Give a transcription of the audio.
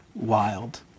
wild